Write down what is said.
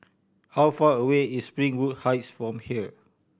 how far away is Springwood Heights from here